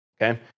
okay